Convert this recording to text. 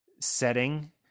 setting